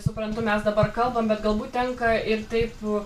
suprantu mes dabar kalbam bet galbūt tenka ir taip